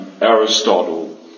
Aristotle